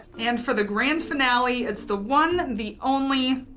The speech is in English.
and for the grand finale, it's the one, the only,